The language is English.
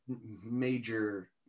major